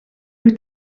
wyt